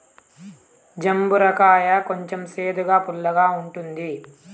జంబూర కాయ కొంచెం సేదుగా, పుల్లగా ఉంటుంది